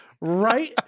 right